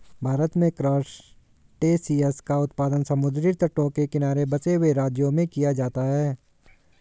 भारत में क्रासटेशियंस का उत्पादन समुद्री तटों के किनारे बसे हुए राज्यों में किया जाता है